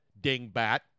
dingbat